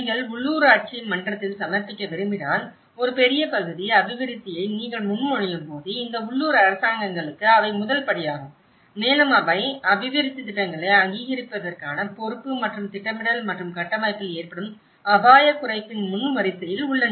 நீங்கள் உள்ளூராட்சி மன்றத்தில் சமர்ப்பிக்க விரும்பினால் ஒரு பெரிய பகுதி அபிவிருத்தியை நீங்கள் முன்மொழியும்போது இந்த உள்ளூர் அரசாங்கங்களுக்கு அவை முதல் படியாகும் மேலும் அவை அபிவிருத்தி திட்டங்களை அங்கீகரிப்பதற்கான பொறுப்பு மற்றும் திட்டமிடல் மற்றும் கட்டமைப்பில் ஏற்படும் அபாயக் குறைப்பின் முன் வரிசையில் உள்ளன